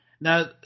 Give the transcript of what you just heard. Now